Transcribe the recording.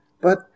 But